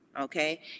Okay